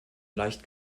leicht